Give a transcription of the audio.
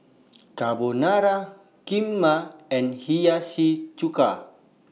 Carbonara Kheema and Hiyashi Chuka